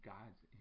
God's